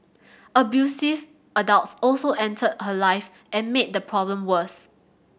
abusive adults also entered her life and made the problem worse